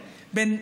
בין,